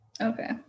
Okay